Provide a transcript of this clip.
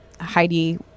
Heidi